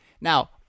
Now